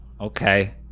Okay